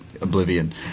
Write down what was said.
oblivion